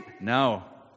No